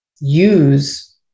use